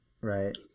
Right